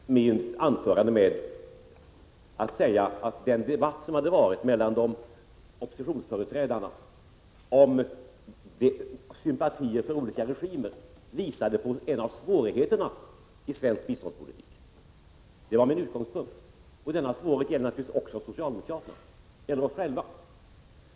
Herr talman! Jag började mitt anförande med att säga att den debatt som hade förts mellan oppositionsföreträdarna om sympatier för olika regimer visade på en av svårigheterna i svensk biståndspolitik. Det var min utgångspunkt. Även socialdemokraterna berörs naturligtvis av denna svårighet.